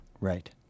Right